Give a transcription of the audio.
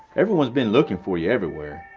everyone has been looking for you everywhere.